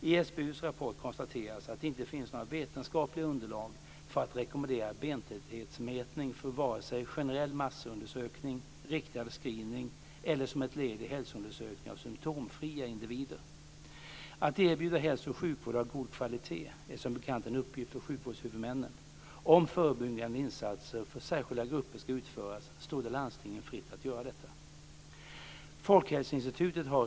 I SBU:s rapport konstateras att det inte finns några vetenskapliga underlag för att rekommendera bentäthetsmätning när det gäller vare sig generell massundersökning eller riktad screening eller som ett led i hälsoundersökning av symtomfria individer. Att erbjuda hälso och sjukvård av god kvalitet är som bekant en uppgift för sjukvårdshuvudmännen. Om förebyggande insatser för särskilda grupper ska utföras står det landstingen fritt att göra detta.